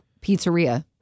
pizzeria